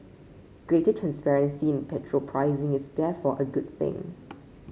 greater transparency in petrol pricing is therefore a good thing